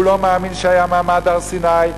והוא לא מאמין שהיה מעמד הר-סיני,